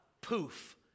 poof